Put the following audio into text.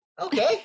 Okay